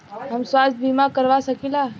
हम स्वास्थ्य बीमा करवा सकी ला?